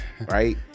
right